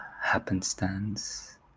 happenstance